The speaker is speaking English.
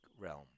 realm